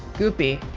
goopy?